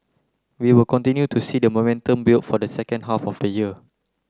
we will continue to see the momentum build for the second half of the year